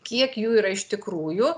kiek jų yra iš tikrųjų